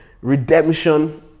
redemption